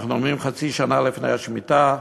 אנחנו עומדים חצי שנה לפני השמיטה,